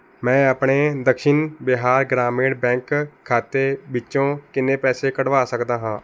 ਮੈਂ ਆਪਣੇ ਦਕਸ਼ਿਨ ਬਿਹਾਰ ਗ੍ਰਾਮੀਣ ਬੈਂਕ ਖਾਤੇ ਵਿੱਚੋਂ ਕਿੰਨੇ ਪੈਸੇ ਕੱਢਵਾ ਸਕਦਾ ਹਾਂ